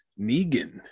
Negan